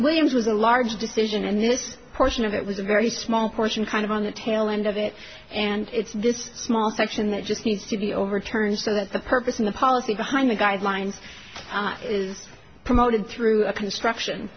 williams was a large decision and this portion of it was a very small portion kind of on the tail end of it and it's this small section that just needs to be overturned so that the purpose of the policy behind the guidelines is promoted through a construction